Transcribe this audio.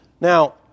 Now